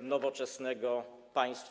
nowoczesnego państwa.